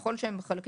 ככל שהם משמעותיים,